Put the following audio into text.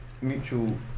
mutual